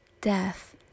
death